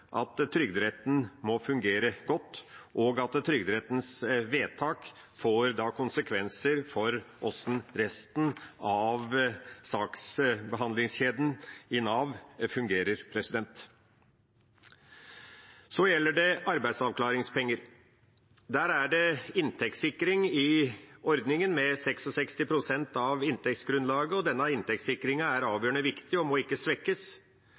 at Trygderetten må fungere godt, og at Trygderettens vedtak får konsekvenser for hvordan resten av saksbehandlingskjeden i Nav fungerer. Så gjelder det arbeidsavklaringspenger. Der er det inntektssikring i ordningen, med 66 pst. av inntektsgrunnlaget, og denne inntektssikringen er avgjørende viktig og må ikke svekkes.